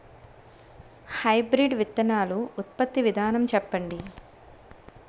Hybrid విత్తనాలు ఉత్పత్తి విధానం చెప్పండి?